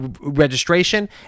registration